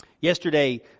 Yesterday